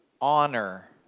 honor